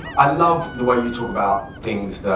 i love the way you talk about things